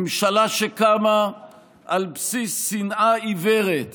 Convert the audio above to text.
ממשלה שקמה על בסיס שנאה עיוורת